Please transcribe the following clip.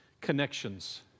connections